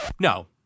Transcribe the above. No